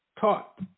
Taught